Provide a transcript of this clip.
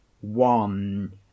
one